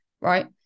right